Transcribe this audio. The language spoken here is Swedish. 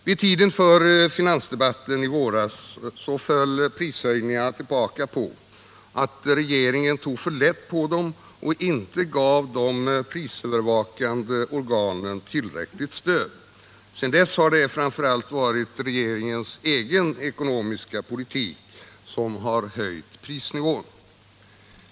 Vid tiden för finansdebatten i våras föll prishöjningarna tillbaka på att regeringen tog för lätt på dem och inte gav de prisövervakande organen tillräckligt stöd. Sedan dess har det framför allt varit regeringens egen ekonomiska politik som höjt prisnivån.